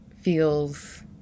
feels